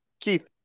Keith